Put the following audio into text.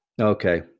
okay